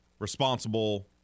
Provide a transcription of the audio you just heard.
Responsible